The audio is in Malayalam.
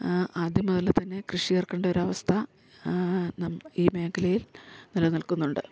ആദ്യം മുതൽ തന്നെ കൃഷിയിറക്കേണ്ടൊരവസ്ഥ ഈ മേഖലയിൽ നിലനിൽക്കുന്നുണ്ട്